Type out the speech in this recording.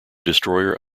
destroyer